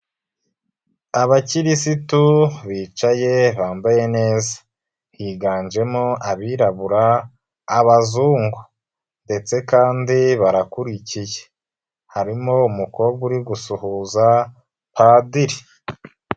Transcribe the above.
Abakirisitu bicaye bambaye neza, higanjemo abirabura abazungu ndetse kandi barakurikiye, harimo umukobwa uri gusuhuza padiri.